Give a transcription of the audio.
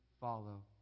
follow